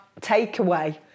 takeaway